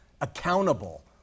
accountable